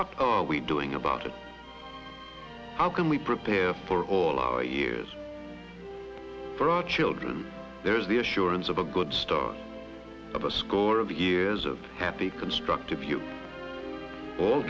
what are we doing about it how can we prepare for all our years for our children there's the assurance of a good start up a score of years of happy constructive you all